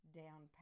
down